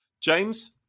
James